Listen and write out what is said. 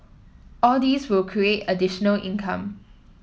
all these will create additional income